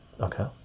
okay